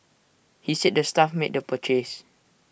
he said the staff made the purchase